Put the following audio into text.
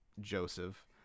Joseph